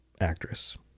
actress